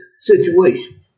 situation